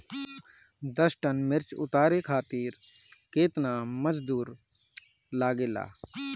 दस टन मिर्च उतारे खातीर केतना मजदुर लागेला?